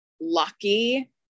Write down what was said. lucky